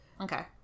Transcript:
Okay